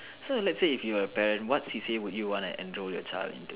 so let's say if you were a parent what C_C_A would you want to enroll your child into